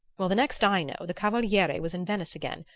well, the next i know, the cavaliere was in venice again,